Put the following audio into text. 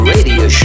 Radio